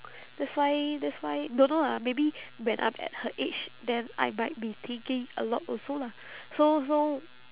that's why that's why don't know lah maybe when I'm at her age then I might be thinking a lot also lah so so